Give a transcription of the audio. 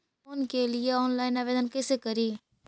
Loan के लिये online आवेदन कैसे करि?